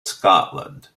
scotland